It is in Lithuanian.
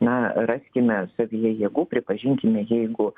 na raskime savyje jėgų pripažinkime jeigu